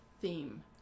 theme